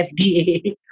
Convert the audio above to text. FDA